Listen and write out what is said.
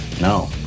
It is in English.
No